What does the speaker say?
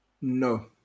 No